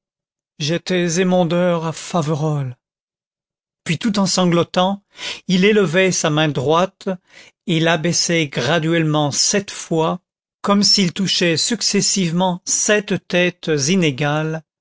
j'étais émondeur à faverolles puis tout en sanglotant il élevait sa main droite et l'abaissait graduellement sept fois comme s'il touchait successivement sept têtes inégales